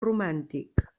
romàntic